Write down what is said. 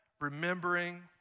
remembering